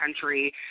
country